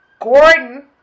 Gordon